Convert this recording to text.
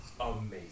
amazing